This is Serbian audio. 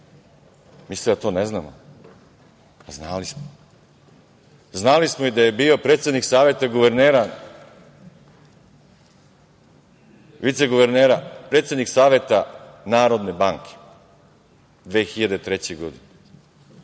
Mislite da to ne znamo. Znali smo. Znali smo i da je bio predsednik Saveta guvernera, viceguvernera, predsednik Saveta Narodne banke 2003. godine.